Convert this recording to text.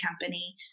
Company